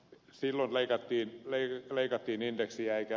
silloin leikattiin indeksiä